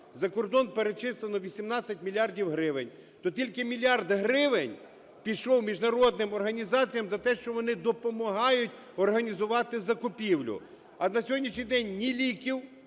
за кордон перечислено 18 мільярдів гривень, то тільки мільярд гривень пішов міжнародним організаціям за те, що вони допомагають організувати закупівлю. А на сьогоднішній день ні ліків